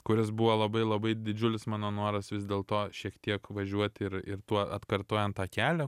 kuris buvo labai labai didžiulis mano noras vis dėlto šiek tiek važiuoti ir ir tuo atkartojant tą kelią